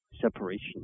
separation